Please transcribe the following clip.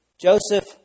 Joseph